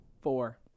Four